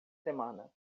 semana